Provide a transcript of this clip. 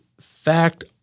fact